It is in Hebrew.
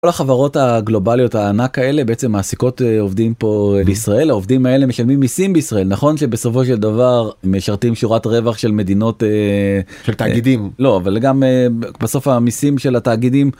כל החברות הגלובליות הענק האלה בעצם מעסיקות עובדים פה בישראל עובדים האלה משלמים מיסים בישראל נכון שבסופו של דבר משרתים שורת רווח של מדינות של תאגידים לא אבל גם בסוף המסים של התאגידים.